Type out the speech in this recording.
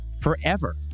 forever